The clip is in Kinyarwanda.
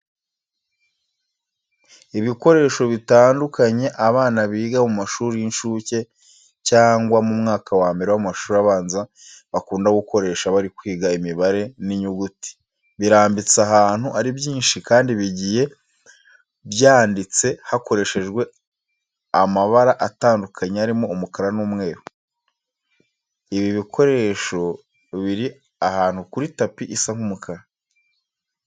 Ibikoresho bitandukanye abana biga mu mashuri y'inshuke cyangwa mu mwaka wa mbere w'amashuri abanza bakunda gukoresha bari kwiga imibare n'inyuguti, birambitse ahantu ari byinshi kandi bigiye byanditse hakoreshejwe amabara atandukanye arimo umukara n'umweru. Ibi bikoresho biri ahantu kuri tapi isa nk'umukara.